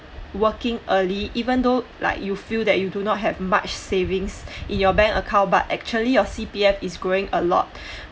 working early even though like you feel that you do not have much savings in your bank account but actually your C_P_F is growing a lot